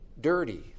dirty